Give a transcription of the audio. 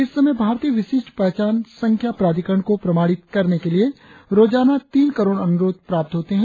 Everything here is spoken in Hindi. इस समय भारतीय विशिष्ट पहचान संख्या प्राधिकरण को प्रमाणित करने के लिए रोजाना तीन करोड़ अनुरोध प्राप्त होते हैं